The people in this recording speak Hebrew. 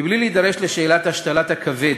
בלי להידרש לשאלת השתלת הכבד